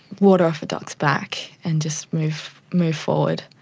water off a duck's back and just move move forward.